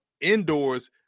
indoors